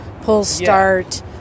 pull-start